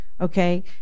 okay